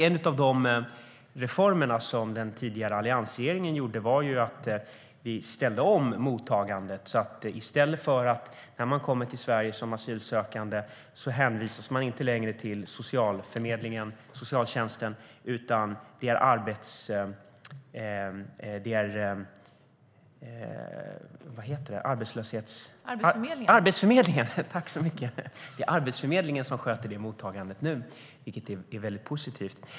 En av de reformer som den tidigare alliansregeringen genomförde var att ställa om mottagandet. När man kommer till Sverige som asylsökande hänvisas man inte längre till socialtjänsten utan till Arbetsförmedlingen som sköter detta mottagande nu, vilket är mycket positivt.